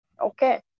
Okay